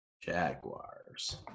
Jaguars